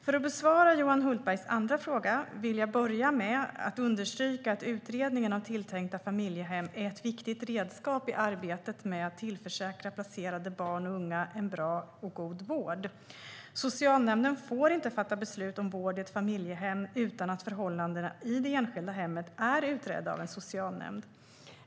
För att besvara Johan Hultbergs andra fråga vill jag börja med att understryka att utredningen av tilltänkta familjehem är ett viktigt redskap i arbetet med att tillförsäkra placerade barn och unga en bra och god vård. Socialnämnden får inte fatta beslut om vård i ett familjehem utan att förhållandena i det enskilda hemmet är utredda av en socialnämnd.